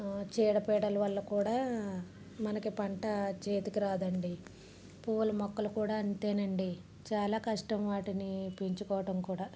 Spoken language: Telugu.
చీడపీడల వల్ల కూడా మనకి పంట చేతికి రాదండి పువ్వుల మొక్కలు కూడా అంతేనండి చాలా కష్టం వాటిని కూడా